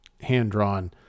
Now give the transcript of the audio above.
hand-drawn